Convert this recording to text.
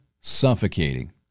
suffocating